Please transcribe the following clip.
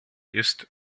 ist